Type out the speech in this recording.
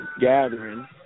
gathering